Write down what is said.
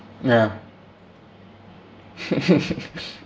ya